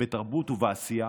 בתרבות ובעשייה,